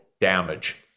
damage